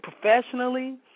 professionally